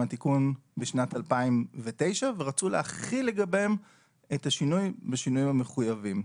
התיקון בשנת 2009 ורצו להכיל לגביהם את השינוי בשינויים המחויבים,